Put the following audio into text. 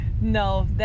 No